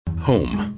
Home